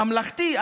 ממלכתי,